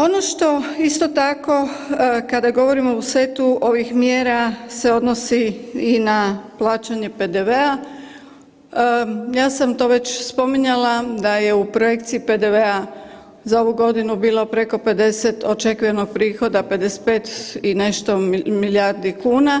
Ono što isto tako kada govorimo o setu ovih mjera se odnosi i na plaćanje PDV-a, ja sam to već spominjala da je u projekciji PDV-a za ovu godinu bilo preko 50 očekujemo prihoda 55 i nešto milijardi kuna